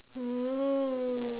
oo